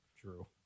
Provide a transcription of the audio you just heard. true